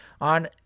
on